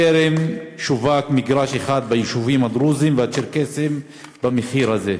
טרם שווק מגרש אחד ביישובים הדרוזיים והצ'רקסיים במחיר הזה.